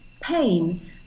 pain